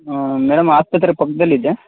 madam ಆಸ್ಪತ್ರೆ ಪಕ್ಕದಲ್ಲಿದೆಯಾ